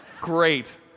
great